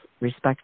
respect